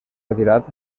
retirat